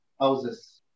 houses